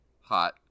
Hot